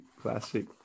classic